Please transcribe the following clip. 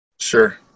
Sure